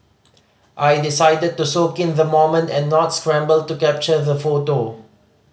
I decided to soak in the moment and not scramble to capture the photo